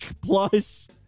plus